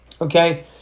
Okay